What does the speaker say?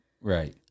Right